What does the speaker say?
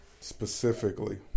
Specifically